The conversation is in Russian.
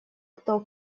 кто